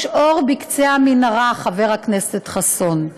יש אור בקצה המנהרה, חבר הכנסת חסון.